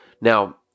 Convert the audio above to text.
Now